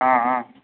हँ